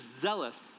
zealous